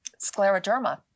scleroderma